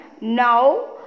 now